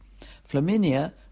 Flaminia